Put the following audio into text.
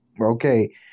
okay